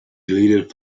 deleted